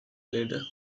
leader